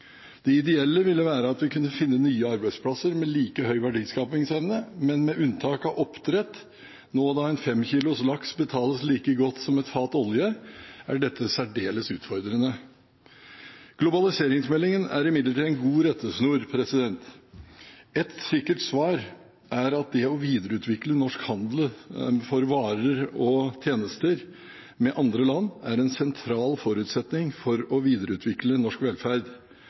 Det ideelle ville være at vi kunne finne nye arbeidsplasser med like høy verdiskapingsevne. Men med unntak av oppdrett, nå når det betales like godt for en fem kilos laks som for et fat olje, er dette særdeles utfordrende. Globaliseringsmeldingen er imidlertid en god rettesnor. Et sikkert svar er at det å videreutvikle norsk handel for varer og tjenester med andre land er en sentral forutsetning for å videreutvikle norsk velferd.